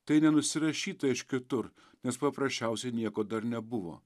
tai nenusirašyta iš kitur nes paprasčiausiai nieko dar nebuvo